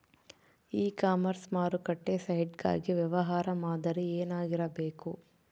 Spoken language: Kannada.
ಇ ಕಾಮರ್ಸ್ ಮಾರುಕಟ್ಟೆ ಸೈಟ್ ಗಾಗಿ ವ್ಯವಹಾರ ಮಾದರಿ ಏನಾಗಿರಬೇಕು?